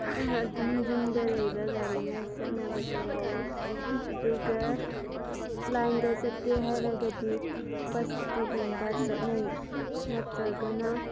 ꯑꯗꯨꯝ ꯌꯨꯝꯗ ꯂꯩꯕ ꯒꯥꯔꯤꯅ ꯆꯠꯅꯕꯁꯨ ꯌꯥꯎꯋꯦ ꯑꯗꯨꯒ ꯂꯥꯏꯟꯗ ꯆꯠꯀꯦ ꯍꯥꯏꯔꯒꯗꯤ ꯕꯁꯇꯒꯨꯝꯕ ꯆꯠꯅꯩ ꯅꯠꯇ꯭ꯔꯒꯅ